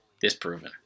disproven